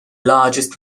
largest